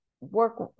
work